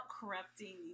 corrupting